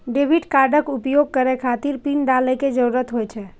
debit कार्डक उपयोग करै खातिर पिन डालै के जरूरत होइ छै